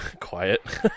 quiet